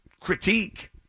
critique